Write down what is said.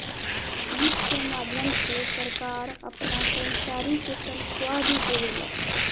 वित्त के माध्यम से सरकार आपना कर्मचारी के तनखाह भी देवेला